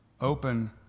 open